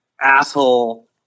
asshole